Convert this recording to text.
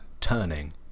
Turning